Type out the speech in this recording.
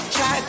Try